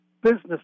business